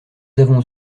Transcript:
avons